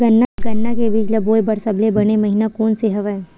गन्ना के बीज ल बोय बर सबले बने महिना कोन से हवय?